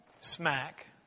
Smack